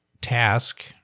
task